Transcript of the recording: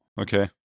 okay